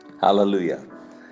hallelujah